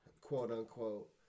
quote-unquote